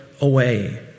away